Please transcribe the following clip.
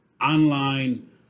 Online